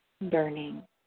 burning